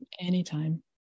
Anytime